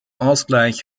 ausgleich